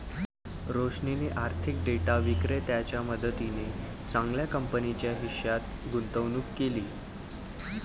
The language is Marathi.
रोशनीने आर्थिक डेटा विक्रेत्याच्या मदतीने चांगल्या कंपनीच्या हिश्श्यात गुंतवणूक केली